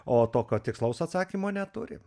o tokio tikslaus atsakymo neturim